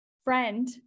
friend